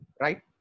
right